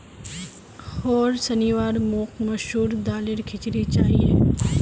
होर शनिवार मोक मसूर दालेर खिचड़ी चाहिए